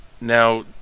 now